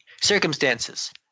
Circumstances